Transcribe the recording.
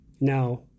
Now